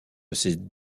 ces